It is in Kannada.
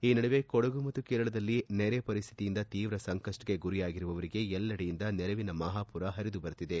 ಈ ನಡುವೆ ಕೊಡಗು ಮತ್ತು ಕೇರಳದಲ್ಲಿ ನೆರೆ ಪರಿಸ್ಥಿತಿಯಿಂದ ತೀವ್ರ ಸಂಕಷ್ಟಕ್ಕೆ ಗುರಿಯಾಗಿರುವವರಿಗೆ ಎಲ್ಲೆಡೆಯಿಂದ ನೆರವಿನ ಮಹಾಪೂರ ಹರಿದು ಬರುತ್ತಿದೆ